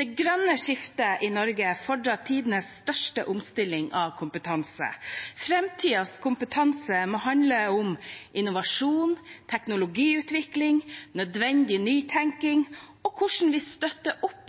Det grønne skiftet i Norge fordrer tidenes største omstilling av kompetanse. Framtidens kompetanse må handle om innovasjon, teknologiutvikling, nødvendig